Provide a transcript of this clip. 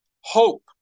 hope